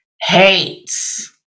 hates